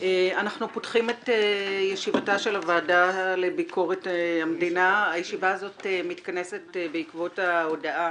אני פותחת את ישיבת הוועדה לביקורת המדינה בעקבות ההודעה